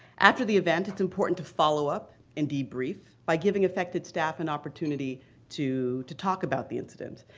after the event it's important to follow up and debrief by giving affected staff an opportunity to to talk about the incident,